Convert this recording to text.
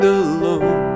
alone